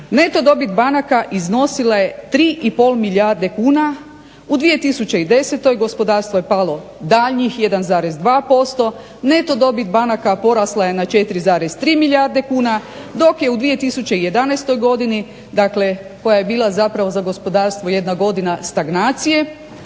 neto dobit banaka iznosila je 3,5 milijarde kuna, u 2010.gospodarstvo je palo daljnjih 1,2%, neto dobit banaka porasla je na 4,3 milijarde kuna, dok je u 2011.godini dakle koja je bila za gospodarstvo jedna godina stagnacije